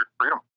Freedom